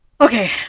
okay